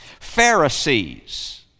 Pharisees